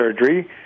surgery